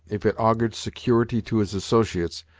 if it augured security to his associates,